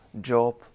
job